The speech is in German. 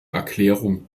erklärung